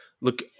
Look